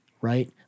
right